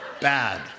Bad